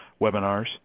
webinars